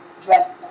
dressed